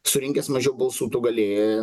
surinkęs mažiau balsų tu gali